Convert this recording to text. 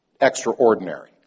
extraordinary